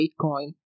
Bitcoin